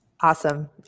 Awesome